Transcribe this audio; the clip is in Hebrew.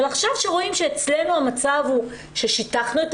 אבל עכשיו כשרואים שאצלנו שיטחנו את